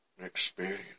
experience